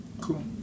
Cool